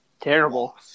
terrible